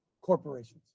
corporations